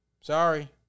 Sorry